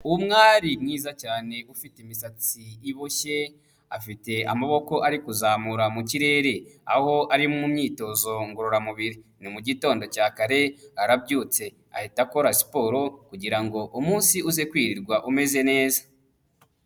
Umwari mwiza cyane ufite imisatsi iboshye, afite amaboko ari kuzamura mu kirere, aho ari mu myitozo ngororamubiri, ni mugitondo cya kare arabyutse ahita akora siporo kugira ngo umunsi uze kwirirwa umeze neza.